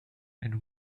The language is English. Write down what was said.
and